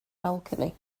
balcony